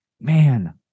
Man